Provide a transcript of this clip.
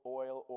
oil